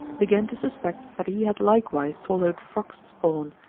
began to suspect that he had likewise swallowed frogs' spawn,